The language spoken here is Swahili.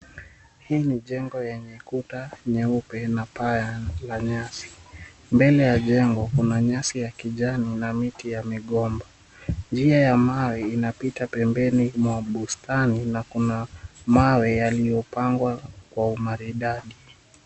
Hii ni jengo yenye kuta nyeupe na paa la nyasi. Mbele ya jengo kuna nyasi ya kijani na miti ya migomba. Njia ya mawe inapita pembeni mwa bustani na kuna mawe yaliyopangwa kwa umaridadi.